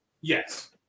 Yes